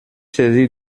saisi